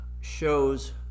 shows